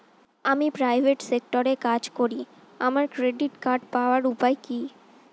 আমি প্রাইভেট সেক্টরে কাজ করি আমার ক্রেডিট কার্ড পাওয়ার উপায় কি?